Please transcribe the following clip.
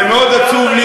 זה מאוד עצוב לי,